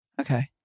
Okay